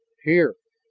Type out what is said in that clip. here!